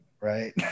right